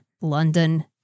London